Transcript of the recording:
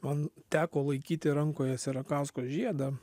man teko laikyti rankoje sierakausko žiedą